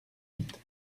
huit